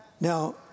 Now